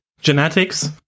genetics